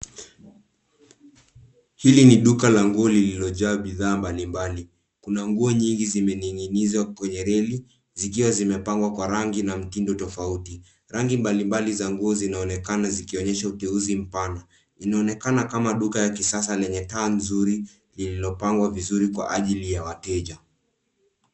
Hili ni duka la nguo lililojaa bidhaa mbalimbali. Kuna nguo nyingi zimeninginizwa kwenye reli zikiwa zimepangwa kwa rangi na mtindo tofauti. Rangi mbalimbali za nguo zinaonekana zikionyesha ugeuzi mpana. Inaonekana kama duka la kisasa lenye taa nzuri lililopangwa vizuri kwa ajili yawateja.